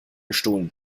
gestohlen